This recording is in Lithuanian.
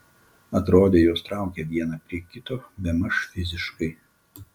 atrodė juos traukia vieną prie kito bemaž fiziškai